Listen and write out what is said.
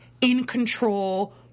in-control